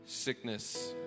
sickness